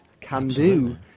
can-do